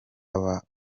baba